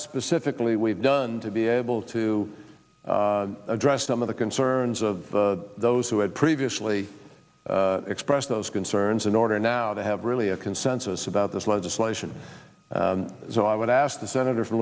specifically we've done to be able to address some of the concerns of those who had previously expressed those concerns in order now to have really a consensus about this legislation so i would ask the senator from